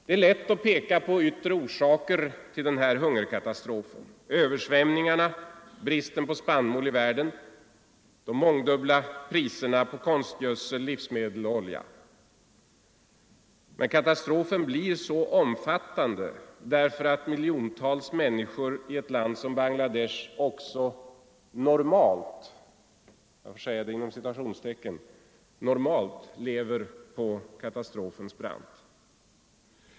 Det är lätt att peka på yttre orsaker till den här hungerkatastrofen: översvämningarna, bristen på spannmål i världen samt de mångdubbla priserna på konstgödsel, livsmedel och olja. Men katastrofen blir så omfattande därför att miljontals människor i ett land som Bangladesh också ”normalt” lever på katastrofens brant.